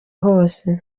hose